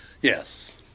Yes